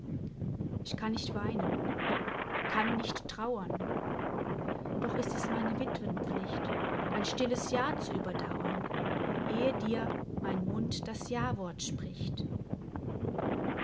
ich kann nicht weinen kann nicht trauern doch ist es meine wittwenpflicht ein stilles jahr zu überdauern eh dir mein mund das jawort spricht